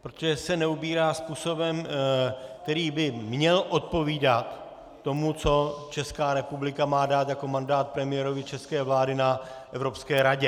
Protože se neubírá způsobem, který by měl odpovídat tomu, co Česká republika má dát jako mandát premiérovi české vlády na Evropské radě.